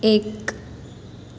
એક